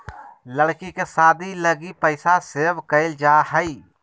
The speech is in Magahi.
लड़की के शादी लगी पैसा सेव क़इल जा हइ